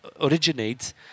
originates